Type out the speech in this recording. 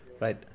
Right